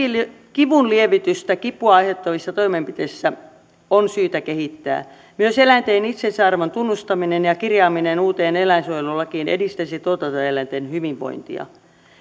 kivunlievitystä kipua aiheuttavissa toimenpiteissä on syytä kehittää myös eläinten itseisarvon tunnustaminen ja ja kirjaaminen uuteen eläinsuojelulakiin edistäisi tuotantoeläinten hyvinvointia